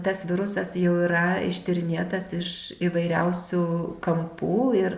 tas virusas jau yra ištyrinėtas iš įvairiausių kampų ir